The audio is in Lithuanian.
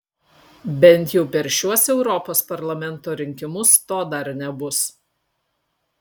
bent jau per šiuos europos parlamento rinkimus to dar nebus